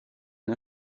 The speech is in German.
der